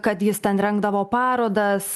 kad jis ten rengdavo parodas